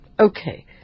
Okay